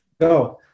go